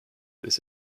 this